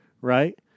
Right